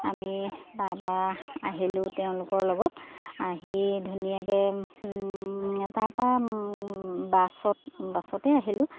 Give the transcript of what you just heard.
আমি তাৰপা আহিলোঁ তেওঁলোকৰ লগত আহি ধুনীয়াকৈ তাৰপা বাছত বাছতেই আহিলোঁ